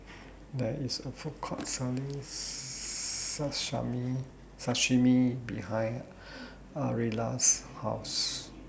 There IS A Food Court Selling Sashimi behind Ariella's House